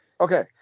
Okay